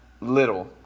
little